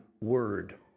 word